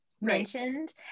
mentioned